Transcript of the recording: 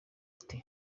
ati